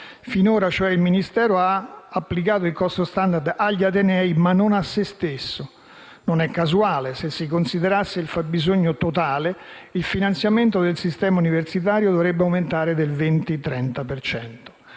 cioè, il Ministero ha applicato il costo *standard* agli atenei, ma non a se stesso. Non è casuale. Se si considerasse il fabbisogno totale, il finanziamento del sistema universitario dovrebbe aumentare del 20-30